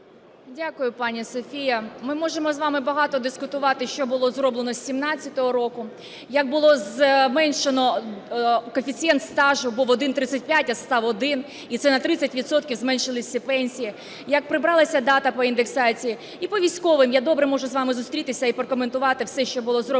Дякую, пані Софія. Ми можемо з вами багато дискутувати, що було зроблено з 17-го року, як було зменшено коефіцієнт стажу (був 1,35, а став 1) і це на 30 відсотків зменшилися пенсії, як прибралася дата по індексації. І по військовим, я, добре, можу з вами зустрітися і прокоментувати все, що було зроблено.